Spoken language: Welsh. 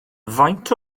faint